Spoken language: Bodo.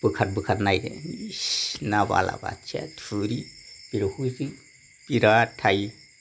बोखार बोखार नायदो इस ना बालाबाथिया थुरि बेवहोदो बे बिराट थायो